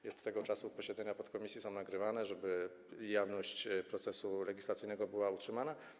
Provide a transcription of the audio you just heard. I od tego czasu posiedzenia podkomisji są nagrywane, żeby jawność procesu legislacyjnego była utrzymana.